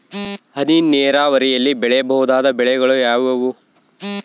ಹನಿ ನೇರಾವರಿಯಲ್ಲಿ ಬೆಳೆಯಬಹುದಾದ ಬೆಳೆಗಳು ಯಾವುವು?